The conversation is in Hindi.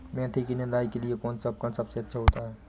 मेथी की निदाई के लिए कौन सा उपकरण सबसे अच्छा होता है?